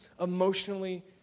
emotionally